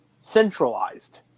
centralized